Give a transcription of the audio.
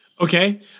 Okay